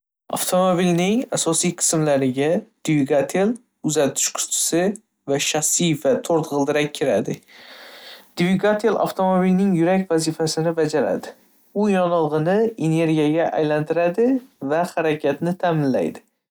﻿Avtomobilning asosiy qismlariga dvigatel, uzatish kustisi va shassiy va to'rt g'ildirak kiradi. Dvigatel avtomobilning yurak vazifasini bajaradi. U yonilgʻini energiyaga aylantiradi va harakatni taʼminlaydi.